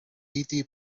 piti